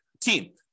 Team